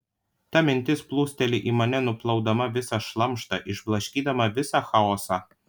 ta mintis plūsteli į mane nuplaudama visą šlamštą išblaškydama visą chaosą